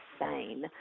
insane